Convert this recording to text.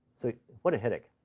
so what a headache.